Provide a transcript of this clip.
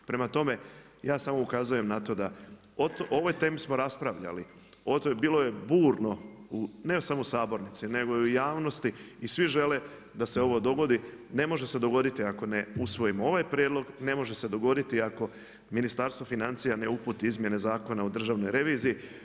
Prema tome, ja samo ukazujem na to da, o ovoj temi smo raspravljali, bilo je burno ne samo u sabornici, nego i u javnosti i svi žele da se ovo dogodi, ne može se dogoditi ako ne usvojimo ovaj prijedlog, ne može se dogoditi ako Ministarstvo financija ne uputi izmjene zakona u Državnu reviziji.